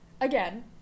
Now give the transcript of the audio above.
again